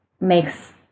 makes